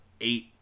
eight